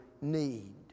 need